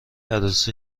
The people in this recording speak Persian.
عروسی